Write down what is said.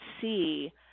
see